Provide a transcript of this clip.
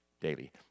Daily